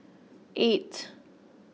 eight